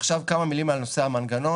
עכשיו כמה מילים על נושא המנגנון,